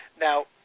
Now